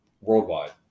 worldwide